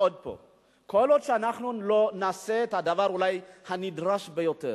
כל עוד אנחנו לא נעשה את הדבר הנדרש ביותר,